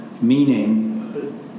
meaning